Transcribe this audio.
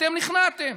אתם נכנעתם.